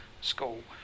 School